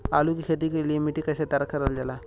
आलू की खेती के लिए मिट्टी कैसे तैयार करें जाला?